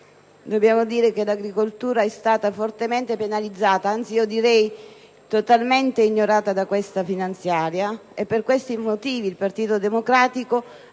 affermare che l'agricoltura è stata fortemente penalizzata, anzi direi totalmente ignorata da questa finanziaria ed è per questo che il Partito Democratico